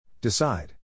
Decide